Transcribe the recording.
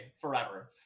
forever